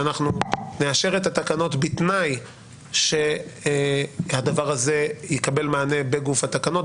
שאנחנו נאשר את התקנות בתנאי שהדבר הזה יקבל מענה בגוף התקנות,